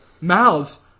mouths